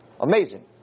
amazing